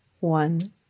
one